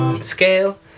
scale